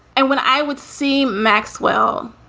and when i would see maxwell.